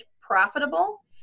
profitable